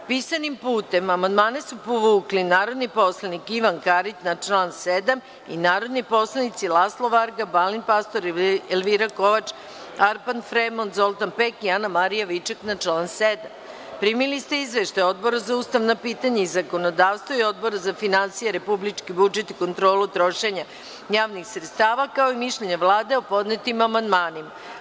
Pisanim putem, amandmane su povukli narodni poslanici Ivan Karić, na član 7. i narodni poslanici Laslo Varga, Balint Pastor, Elvira Kovač, Arpad Fremond, Zoltan Pek i Anamarija Viček na član 7. Primili ste izveštaje Odbora za ustavna pitanja i zakonodavstvo i Odbora za finansije, republički budžet i kontrolu trošenja javnih sredstava, kao i mišljenje Vlade o podnetim amandmanima.